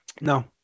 No